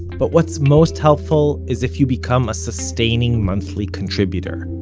but what's most helpful is if you become a sustaining monthly contributor.